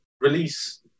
release